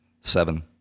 seven